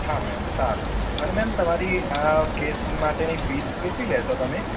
હા મેમ સારું અને મેમ તમારી આ કેસ માટેની ફીસ કેટલી લેશો તમે